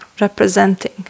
representing